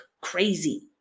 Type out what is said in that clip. crazy